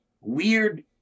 weird